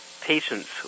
patients